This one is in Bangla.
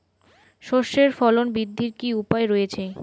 সর্ষের ফলন বৃদ্ধির কি উপায় রয়েছে?